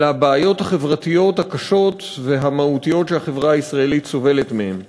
לבעיות החברתיות הקשות והמהותיות שהחברה הישראלית סובלת מהן.